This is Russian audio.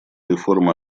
реформа